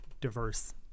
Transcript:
diverse